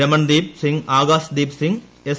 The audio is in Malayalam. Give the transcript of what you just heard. രമൺദീപ് സിങ്ങ് ആകാശ് ദീപ് സിങ്ങ് എസ്